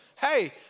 hey